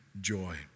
joy